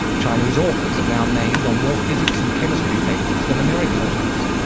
chinese authors are now named on more physics and chemistry papers than american authors.